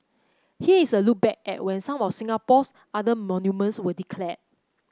here is a look back at when some of Singapore's other monuments were declared